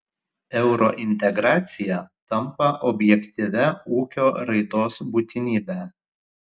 eurointegracija tampa objektyvia ūkio raidos būtinybe